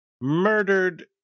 murdered